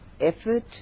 effort